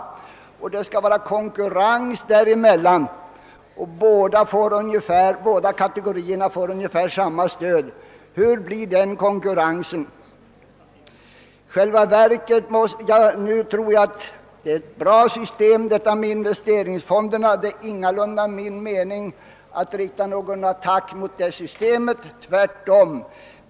Men om det skall vara konkurrens och båda kategorierna får ungefär samma stöd, frågar man sig hurdan konkurrensen blir. Jag tror att investeringsfonderna är ett bra system, och det är ingalunda min mening att rikta någon attack mot dem, tvärtom.